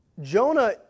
Jonah